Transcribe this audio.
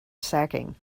sacking